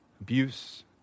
abuse